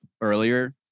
earlier